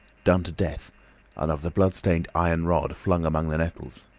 done to death, and of the blood-stained iron rod flung among the nettles.